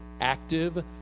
active